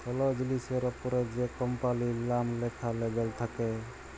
call জিলিসের অপরে যে কম্পালির লাম ল্যাখা লেবেল থাক্যে